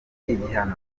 igihano